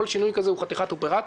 כל שינוי כזה הוא חתיכת אופרציה.